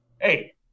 hey